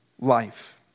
life